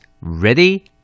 Ready